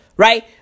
Right